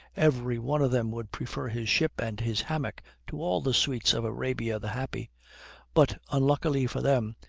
every one of them would prefer his ship and his hammock to all the sweets of arabia the happy but, unluckily for them,